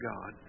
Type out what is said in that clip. God